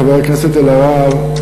חברת הכנסת אלהרר,